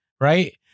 right